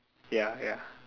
ya ya